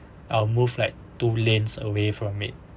I'll move like two lanes away from it